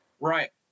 right